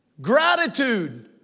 Gratitude